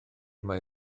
mae